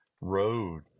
road